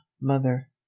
mother